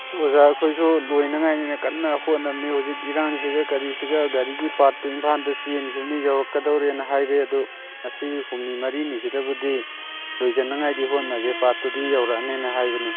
ꯑꯣꯖꯥ ꯑꯩꯈꯣꯏꯁꯨ ꯂꯣꯏꯅꯉꯥꯏꯅꯦꯅ ꯀꯟꯅ ꯍꯣꯠꯅꯕꯅꯦ ꯍꯧꯖꯤꯛ ꯏꯔꯥꯡꯁꯤꯒ ꯀꯔꯤꯁꯤꯒ ꯒꯥꯔꯤꯒꯤ ꯄꯥꯔꯠꯇꯨ ꯏꯝꯐꯥꯜꯗ ꯆꯦꯟꯈꯤꯕꯅꯤ ꯌꯧꯔꯛꯀꯗꯧꯔꯦꯅ ꯍꯥꯏꯔꯦ ꯑꯗꯨ ꯉꯁꯤ ꯍꯨꯝꯅꯤ ꯃꯔꯤꯅꯤ ꯁꯤꯗꯕꯨꯗꯤ ꯂꯣꯏꯁꯟꯅꯉꯥꯏꯗꯤ ꯍꯣꯠꯅꯒꯦ ꯄꯥꯔꯠꯇꯨꯗꯤ ꯌꯧꯔꯛꯑꯅꯤꯅ ꯍꯥꯏꯕꯅꯦ